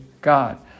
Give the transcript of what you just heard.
God